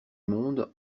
monde